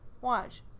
Watch